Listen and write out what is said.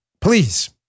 Please